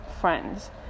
friends